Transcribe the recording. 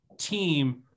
team